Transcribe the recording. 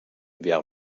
bière